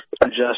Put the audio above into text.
adjust